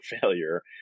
failure